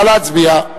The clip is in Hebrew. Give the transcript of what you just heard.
נא להצביע.